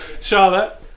Charlotte